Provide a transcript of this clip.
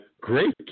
great